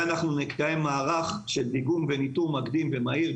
נקיים מערך של דיגום וניטור מקדים ומהיר,